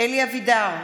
אלי אבידר,